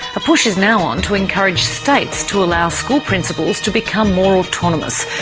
a push is now on to encourage states to allow school principals to become more autonomous.